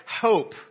hope